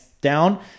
down